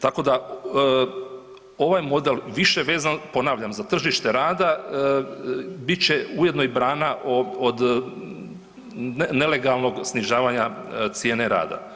Tako da ovaj model više vezan, ponavljam, za tržište rada, bit će ujedno i brana od nelegalnog snižavanja cijene rada.